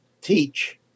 teach